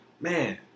Man